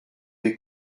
mes